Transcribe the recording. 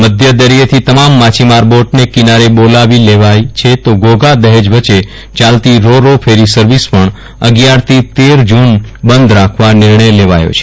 મધદરિયેથી તમામ માછીમાર બોટને કિનારે બોલાવી લેવાઇ છે તો ઘોઘા દહેજ વચ્ચે ચાલતી રો રો ફેરી સર્વિસ પણ અગિયારથી તેર જુન બંધ રાખવા નિર્ણય લેવાયો છે